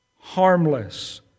harmless